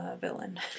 villain